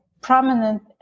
prominent